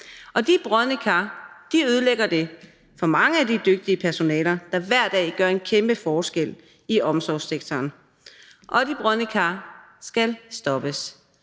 de brodne kar ødelægger det for mange af de dygtige personaler, der hver dag gør en kæmpe forskel i omsorgssektoren, og de brodne kar skal stoppes.